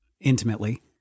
intimately